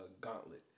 gauntlet